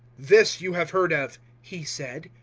this you have heard of, he said,